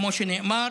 כמו שנאמר,